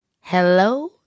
Hello